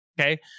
okay